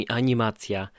animacja